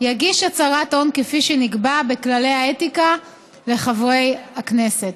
יגיש הצהרת הון כפי שנקבע בכללי האתיקה לחברי הכנסת.